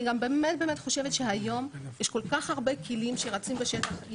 אני גם באמת באמת חושבת שהיום יש כל כך הרבה כלים שרצים בשטח.